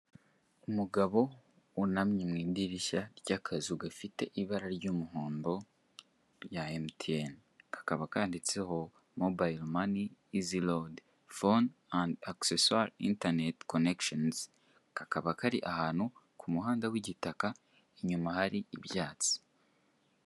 Umugabo wunamye mu idirishya ry'akazu gafite ibara ry'umuhondo rya MTN, kakaba kanditseho ''mobile money easy load, phones and accessory internet connections''. Kakaba kari ahantu ku muhanda w'igitaka inyuma hari ibyatsi.